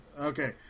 Okay